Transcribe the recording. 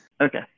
Okay